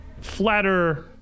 flatter